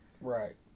Right